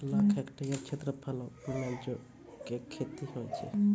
आठ लाख हेक्टेयर क्षेत्रफलो मे जौ के खेती होय छै